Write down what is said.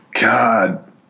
God